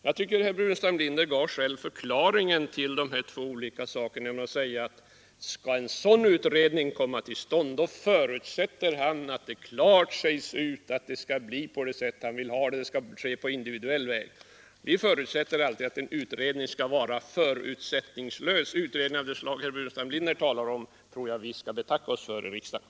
Jag tycker att herr Burenstam Linder själv gav förklaringen till detta när han sade att om en sådan utredning skall komma till stånd förutsätter han att det klart sägs ut att det skall bli på det sätt som han vill ha det, dvs. medinflytande på individuell bas. Vi anser att en utredning bör vara förutsättningslös. Utredningar av det slag herr Burenstam Linder talar om tror jag vi skall betacka oss för i riksdagen.